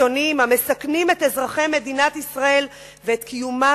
קיצונים המסכנים את אזרחי מדינת ישראל ואת קיומה